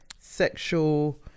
sexual